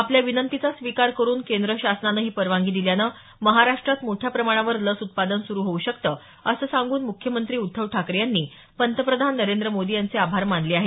आपल्या विनंतीचा स्वीकार करून केंद्र शासनानं ही परवानगी दिल्यानं महाराष्ट्रात मोठ्या प्रमाणावर लस उत्पादन सुरु होऊ शकतं असं सांगून मुख्यमंत्री उद्धव ठाकरे यांनी पंतप्रधान नरेंद्र मोदी यांचे आभार मानले आहेत